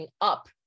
up